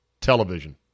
television